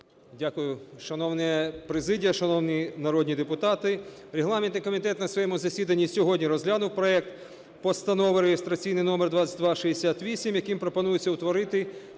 Дякую. Шановна президія! Шановні народні депутати! Регламентний комітет на своєму засіданні сьогодні розглянув проект Постанови реєстраційний номер 2268, яким пропонується утворити